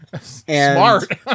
Smart